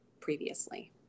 previously